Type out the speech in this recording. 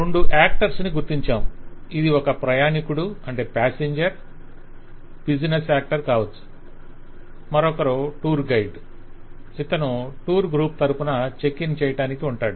రెండు యాక్టర్స్ ని గుర్తించాము ఇది ఒక ప్రయాణీకుడు బిజినెస్ యాక్టర్ కావచ్చు మరొకరు టూర్ గైడ్ ఇతను టూర్ గ్రూప్ తరపున చెక్ ఇన్ చేయటానికి ఉంటాడు